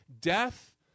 Death